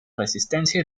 resistencia